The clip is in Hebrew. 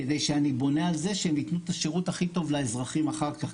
כדי שאני בונה על זה שהם יתנו את השירות הכי טוב לאזרחים אחר כך.